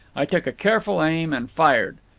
i took a careful aim and fired.